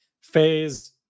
Phase